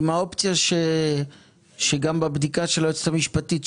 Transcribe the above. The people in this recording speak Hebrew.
עם האופציה שגם בבדיקה של היועצת המשפטית,